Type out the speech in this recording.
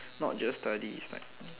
not just study it's like